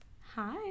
hi